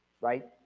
Right